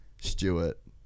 Stewart